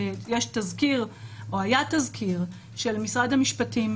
היה תזכיר של משרד המשפטים,